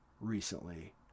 recently